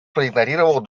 проигнорировал